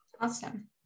Awesome